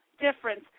difference